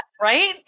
right